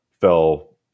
fell